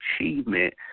achievement –